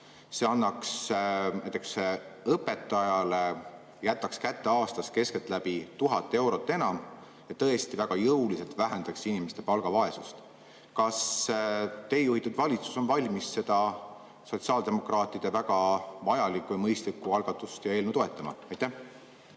näiteks õpetajale aastas kätte keskeltläbi 1000 eurot enam ja tõesti väga jõuliselt vähendaks inimeste palgavaesust. Kas teie juhitud valitsus on valmis seda sotsiaaldemokraatide väga vajalikku ja mõistlikku algatust ja eelnõu toetama? Aitäh,